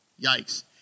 Yikes